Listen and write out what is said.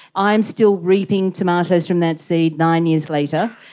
i am still reaping tomatoes from that seed nine years later.